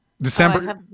December